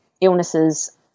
illnesses